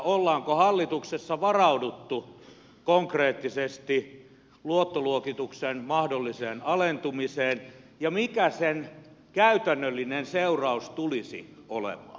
ollaanko hallituksessa varauduttu konkreettisesti luottoluokituksen mahdolliseen alentumiseen ja mikä sen käytännöllinen seuraus tulisi olemaan